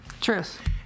Truth